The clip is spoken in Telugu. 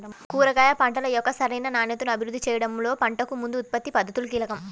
కూరగాయ పంటల యొక్క సరైన నాణ్యతను అభివృద్ధి చేయడంలో పంటకు ముందు ఉత్పత్తి పద్ధతులు కీలకం